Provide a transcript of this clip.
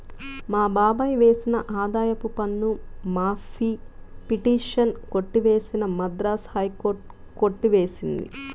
మా బాబాయ్ వేసిన ఆదాయపు పన్ను మాఫీ పిటిషన్ కొట్టివేసిన మద్రాస్ హైకోర్టు కొట్టి వేసింది